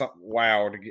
wow